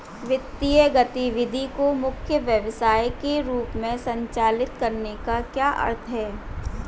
वित्तीय गतिविधि को मुख्य व्यवसाय के रूप में संचालित करने का क्या अर्थ है?